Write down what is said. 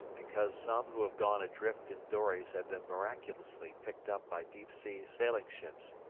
because some who have gone adrift in dories have been miraculously picked up by deep-sea sailing-ships.